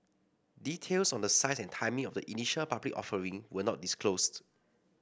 details on the size and timing of the initial public offering were not disclosed